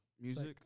Music